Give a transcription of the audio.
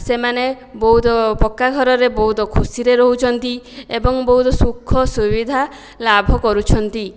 ସେମାନେ ବହୁତ ପକ୍କା ଘରରେ ବହୁତ ଖୁସିରେ ରହୁଛନ୍ତି ଏବଂ ବହୁତ ସୁଖ ସୁବିଧା ଲାଭ କରୁଛନ୍ତି